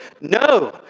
No